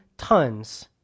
tons